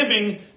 giving